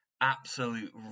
absolute